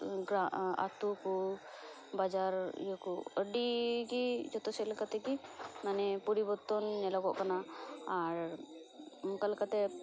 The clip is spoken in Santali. ᱟᱛᱳ ᱠᱚ ᱵᱟᱡᱟᱨ ᱤᱭᱟᱹ ᱠᱚ ᱟᱹᱰᱤ ᱜᱤ ᱡᱚᱛᱚ ᱥᱮᱫ ᱞᱮᱠᱟᱛᱮᱜᱮ ᱢᱟᱱᱮ ᱯᱚᱨᱤᱵᱚᱨᱛᱚᱱ ᱧᱮᱞᱚᱜᱚᱜ ᱠᱟᱱᱟ ᱟᱨ ᱚᱱᱠᱟ ᱞᱮᱠᱟᱛᱮ